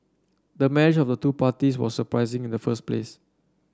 the marriage of two parties was surprising in the first place